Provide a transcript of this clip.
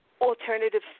alternative